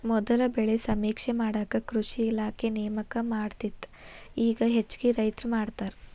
ಮೊದಲ ಬೆಳೆ ಸಮೇಕ್ಷೆ ಮಾಡಾಕ ಕೃಷಿ ಇಲಾಖೆ ನೇಮಕ ಮಾಡತ್ತಿತ್ತ ಇಗಾ ಹೆಚ್ಚಾಗಿ ರೈತ್ರ ಮಾಡತಾರ